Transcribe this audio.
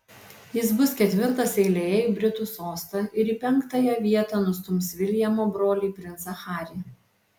jis bus ketvirtas eilėje į britų sostą ir į penktąją vietą nustums viljamo brolį princą harį